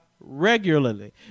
regularly